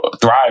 thrive